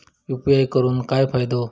UPI करून काय फायदो?